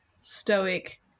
stoic